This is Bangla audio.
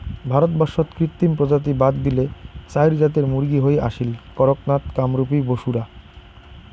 ভারতবর্ষত কৃত্রিম প্রজাতি বাদ দিলে চাইর জাতের মুরগী হই আসীল, কড়ক নাথ, কামরূপী, বুসরা